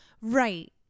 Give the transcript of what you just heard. Right